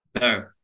No